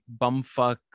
bumfuck